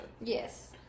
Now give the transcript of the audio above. yes